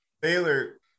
Baylor